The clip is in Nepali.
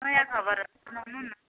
नयाँ खबरहरू सुनाउनु न